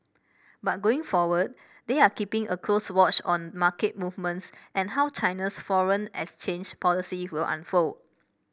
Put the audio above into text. but going forward they are keeping a close watch on market movements and how China's foreign exchange policy will unfold